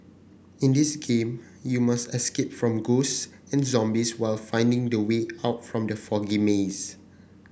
in this game you must escape from ghost and zombies while finding the way out from the foggy maze